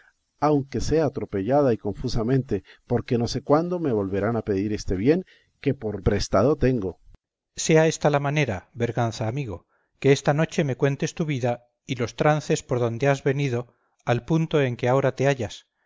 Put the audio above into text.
aunque sea atropellada y confusamente porque no sé cuándo me volverán a pedir este bien que por prestado tengo cipión sea ésta la manera berganza amigo que esta noche me cuentes tu vida y los trances por donde has venido al punto en que ahora te hallas